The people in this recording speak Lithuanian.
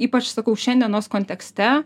ypač sakau šiandienos kontekste